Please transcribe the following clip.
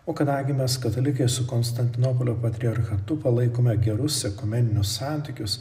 o kadangi mes katalikai su konstantinopolio patriarchatu palaikome gerus ekumeninius santykius